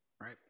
right